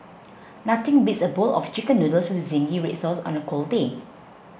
nothing beats a bowl of Chicken Noodles with Zingy Red Sauce on a cold day